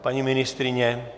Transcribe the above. Paní ministryně?